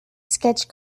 sketch